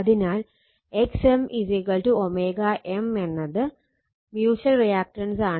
അതിനാൽ x M M എന്നത് mutual റിയാക്റ്റൻസാണ്